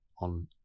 on